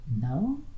No